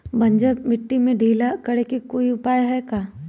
बंजर मिट्टी के ढीला करेके कोई उपाय है का?